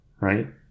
Right